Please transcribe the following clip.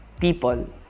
people